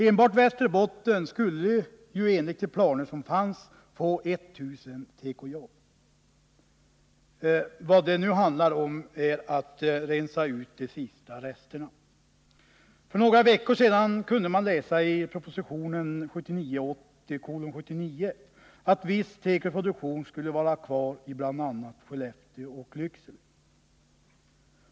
Enbart Västerbotten skulle enligt de planer som fanns få 1000 tekojobb. Vad det nu handlar om är att rensa ut de sista För några veckor sedan kunde man läsa i proposition 1979/80:79 att viss tekoproduktion skulle vara kvar i bl.a. Skellefteå och Lycksele.